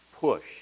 push